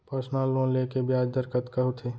Personal loan ले के ब्याज दर कतका होथे?